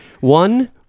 One